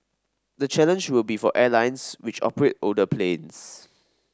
the challenge will be for airlines which operate older planes